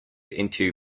into